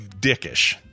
dickish